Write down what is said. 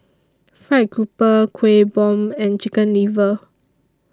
Fried Grouper Kueh Bom and Chicken Liver